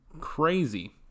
crazy